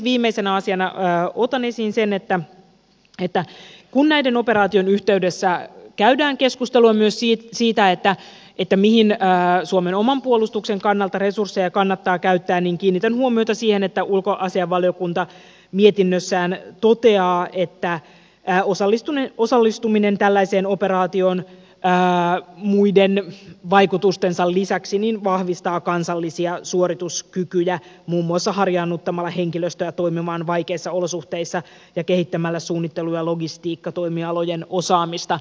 viimeisenä asiana otan esiin sen että kun näiden operaatioiden yhteydessä käydään keskustelua myös siitä mihin suomen oman puolustuksen kannalta resursseja kannattaa käyttää niin kiinnitän huomiota siihen että ulkoasiainvaliokunta mietinnössään toteaa että osallistuminen tällaiseen operaatioon muiden vaikutustensa lisäksi vahvistaa kansallisia suoristuskykyjä muun muassa harjaannuttamalla henkilöstöä toimimaan vaikeissa olosuhteissa ja kehittämällä suunnittelu ja logistiikkatoimialojen osaamista